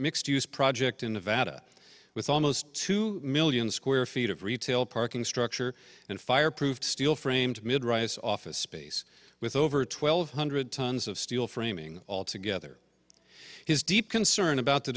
mixed use project in nevada with almost two million square feet of retail parking structure and fireproof steel framed mid rise office space with over twelve hundred tons of steel framing all together his deep concern about the